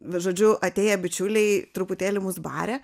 žodžiu atėję bičiuliai truputėlį mus barė